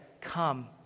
come